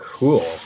Cool